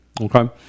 Okay